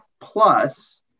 plus